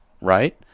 right